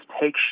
take